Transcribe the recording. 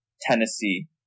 Tennessee